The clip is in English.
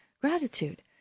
gratitude